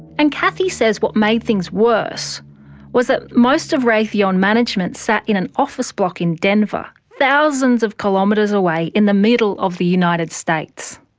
and kathy says what made things worse was that most of raytheon management sat in an office block in denver, thousands of kilometres away in the middle of the united states.